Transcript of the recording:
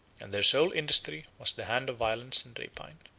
and their sole industry was the hand of violence and rapine.